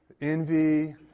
envy